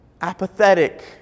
apathetic